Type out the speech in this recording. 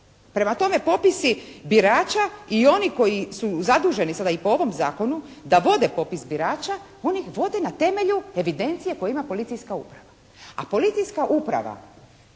Prema tome popisi birača i oni koji su zaduženi sada i po ovom zakonu da vode popis birača oni ih vode na temelju evidencije koje ima policijska uprava.